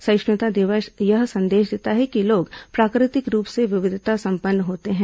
सहिष्णुता दिवस यह संदेश देता है कि लोग प्राकृतिक रूप से विविधता सम्पन्न होते हैं